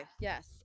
yes